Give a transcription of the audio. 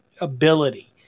ability